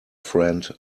friend